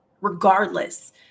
Regardless